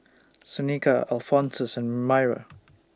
Seneca Alphonsus and Mira